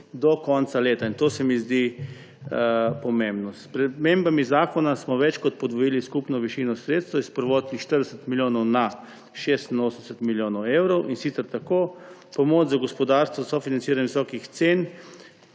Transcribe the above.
do konca leta. To se mi zdi pomembno. S spremembami zakona smo več kot podvojili skupno višino sredstev s prvotnih 40 milijonov na 86 milijonov evrov. Tako pomoč za gospodarstvo, sofinanciranje visokih cen